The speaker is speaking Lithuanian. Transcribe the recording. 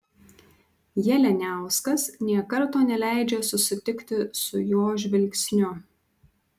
jalianiauskas nė karto neleidžia susitikti su jo žvilgsniu